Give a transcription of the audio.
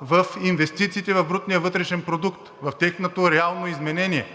в инвестициите в брутния вътрешен продукт, в тяхното реално изменение